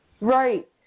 Right